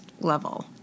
level